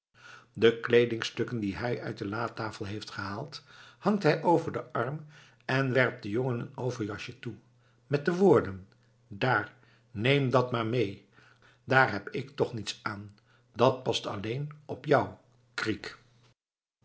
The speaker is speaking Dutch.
de kleedingstukken die hij uit de latafel heeft gehaald hangt hij over den arm en werpt den jongen een overjasje toe met de woorden daar neem dat maar mee daar heb ik toch niets aan dat past alleen op jou kriek